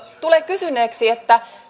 tulee kysyneeksi